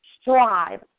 strive